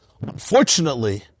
Unfortunately